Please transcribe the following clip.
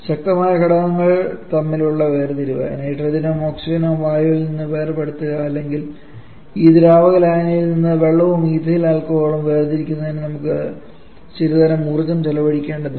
ശക്തമായ ഘടകങ്ങൾ തമ്മിലുള്ള വേർതിരിവ് നൈട്രജനും ഓക്സിജനും വായുവിൽ നിന്ന് വേർപെടുത്തുക അല്ലെങ്കിൽ ഈ ദ്രാവക ലായനിയിൽ നിന്ന് വെള്ളവും എഥൈൽ ആൽക്കഹോളും വേർതിരിക്കുന്നതിന് നമുക്ക് ചിലതരം ഊർജ്ജം ചെലവഴിക്കേണ്ടതുണ്ട്